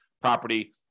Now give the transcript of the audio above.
property